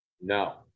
no